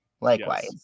Likewise